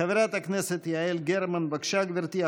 חברת הכנסת יעל גרמן, בבקשה, גברתי.